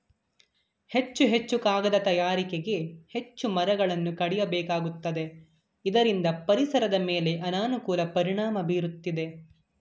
ಹೆಚ್ಚು ಹೆಚ್ಚು ಕಾಗದ ತಯಾರಿಕೆಗೆ ಹೆಚ್ಚು ಮರಗಳನ್ನು ಕಡಿಯಬೇಕಾಗುತ್ತದೆ ಇದರಿಂದ ಪರಿಸರದ ಮೇಲೆ ಅನಾನುಕೂಲ ಪರಿಣಾಮ ಬೀರುತ್ತಿದೆ